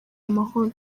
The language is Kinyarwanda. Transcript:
amahoro